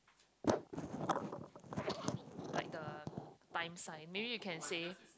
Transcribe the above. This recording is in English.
like the time sign maybe you can say